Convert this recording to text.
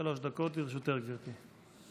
שלוש דקות לרשותך, גברתי.